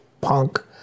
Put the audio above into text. punk